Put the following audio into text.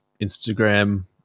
instagram